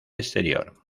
exterior